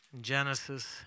Genesis